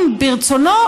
אם ברצונו,